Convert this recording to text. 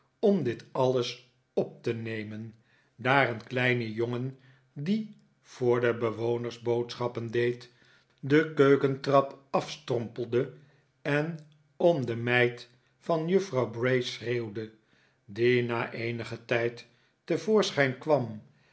om dit alles op te nemen daar een kleine jongen die voor de bewoners boodschappen deed de keukentrap afstrompelde en om de rneid van juffrouw bray schreeuwde die na eenigen tijd te voorschijn kwam